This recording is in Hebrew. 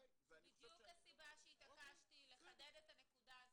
זאת בדיוק הסיבה שהתעקשתי לחדד את הנקודה הזו,